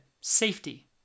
Safety